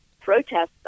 protests